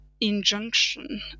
injunction